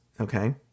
Okay